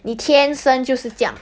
你天生就是这样